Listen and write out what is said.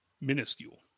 Minuscule